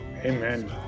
amen